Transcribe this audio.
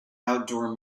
outdoor